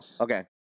okay